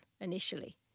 initially